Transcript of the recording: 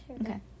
Okay